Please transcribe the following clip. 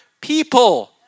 people